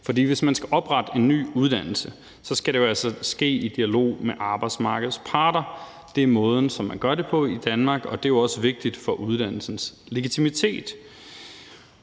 For hvis man skal oprette en ny uddannelse, skal det jo altså ske i dialog med arbejdsmarkedets parter. Det er måden, som man gør det på i Danmark, og det er jo også vigtigt for uddannelsens legitimitet.